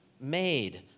made